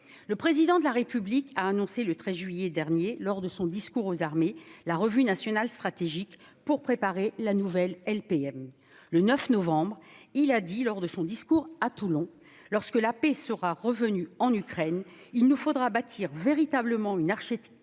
Le Président de la République a annoncé le 13 juillet dernier, lors de son discours aux armées, la revue nationale stratégique pour préparer la nouvelle LPM. Le 9 novembre, il a déclaré lors de son discours à Toulon :« Lorsque la paix sera revenue en Ukraine, il nous faudra bâtir véritablement une architecture